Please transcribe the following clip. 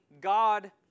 God